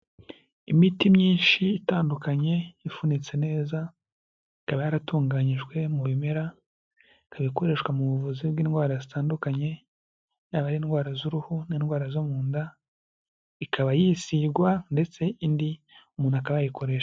Imiti myinshi itandukanye ifunitse neza, ikaba yaratunganyijwe mu bimera, ikaba ikoreshwa mu buvuzi bw'indwara zitandukanye, yaba ari indwara z'uruhu n'indwara zo mu nda, ikaba yisigwa ndetse indi umuntu akaba yayikoresha....